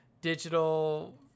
digital